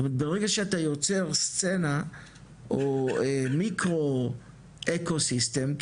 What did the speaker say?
ברגע שאתה יוצר סצנה או מיקרו אקו סיסטם,